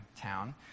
town